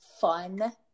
fun